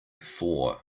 four